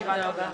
הישיבה נעולה.